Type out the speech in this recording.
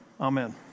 amen